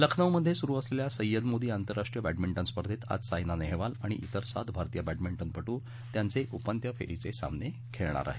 लखनौमध्ये सुरू असलेल्या सय्यद मोदी आंतरराष्ट्रीय बॅडमिंटन स्पर्धेत आज सायना नेहवाल आणि इतर सात भारतीय बॅडमिंटनपटू त्यांचे उपांत्य फेरीचे सामने खेळणार आहेत